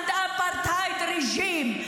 A colonialism and apartheid regime.